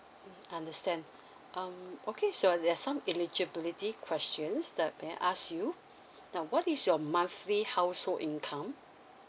mm understand um okay so there are some eligibility questions that may I ask you now what is your monthly household income